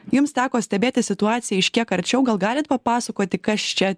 jums teko stebėti situaciją iš kiek arčiau gal galit papasakoti kas čia